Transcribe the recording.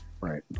Right